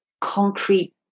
concrete